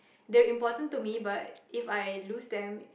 they're important to me but If I lose them